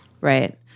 Right